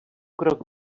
krok